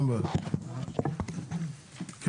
כן?